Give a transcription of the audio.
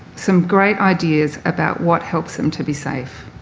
some great ideas about what helps them to be safe.